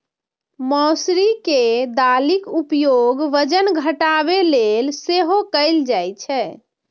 मौसरी के दालिक उपयोग वजन घटाबै लेल सेहो कैल जाइ छै